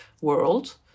world